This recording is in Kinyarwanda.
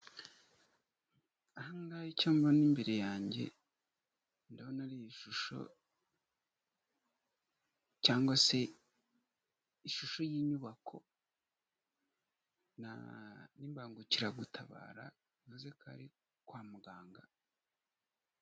Ahangaha icyo mbona imbere yange, ndabona ari ishusho, cyangwa se ishusho y'inyubako, n'ibangukiragutabara bivuze ko ari kwa muganga.